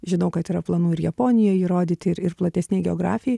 žinau kad yra planų ir japonijoj jį rodyti ir ir platesnėj geografijoj